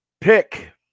pick